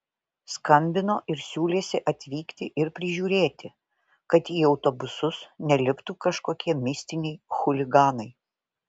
skambino ir siūlėsi atvykti ir prižiūrėti kad į autobusus neliptų kažkokie mistiniai chuliganai